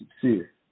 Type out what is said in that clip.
sincere